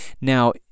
Now